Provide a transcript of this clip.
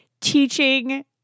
teaching